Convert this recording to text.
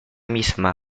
misma